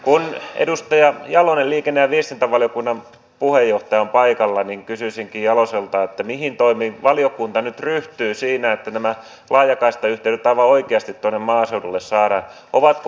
kun edustaja jalonen liikenne ja viestintävaliokunnan puheenjohtaja on paikalla niin kysyisinkin jaloselta mihin toimiin valiokunta nyt ryhtyy siinä että nämä laajakaistayhteydet aivan oikeasti tuonne maaseudulle saadaan